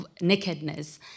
nakedness